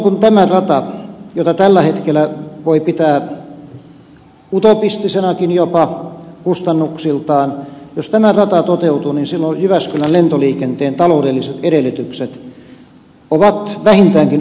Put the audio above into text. jos tämä rata toteutuu jota tällä hetkellä voi pitää kustannuksiltaan utopistisenakin jopa silloin jyväskylän lentoliikenteen taloudelliset edellytykset ovat vähintäänkin uhanalaiset